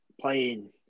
playing